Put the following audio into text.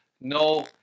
no